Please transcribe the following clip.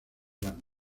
las